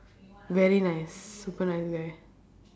very nice super nice guy